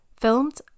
Filmed